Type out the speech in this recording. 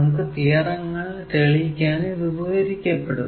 മറ്റു തിയറങ്ങൾ തെളിയിക്കാൻ ഇത് ഉപകാരപ്പെടും